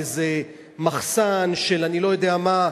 באיזה מחסן של אני-לא-יודע-מה,